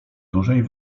dużej